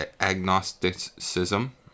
agnosticism